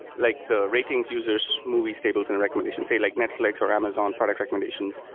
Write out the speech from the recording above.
like the ratings, users, movies, tables and recommendations, say like netflix or amazon product recommendations.